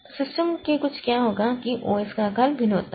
तो सिस्टम के कुछ क्या होगा कि ओ एस का आकार भिन्न होता है